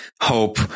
hope